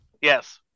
Yes